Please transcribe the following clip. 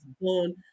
born